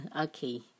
Okay